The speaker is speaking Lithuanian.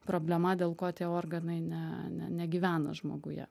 problema dėl ko tie organai ne negyvena žmoguje